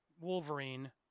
Wolverine